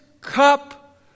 cup